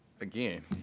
again